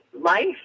Life